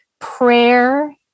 prayer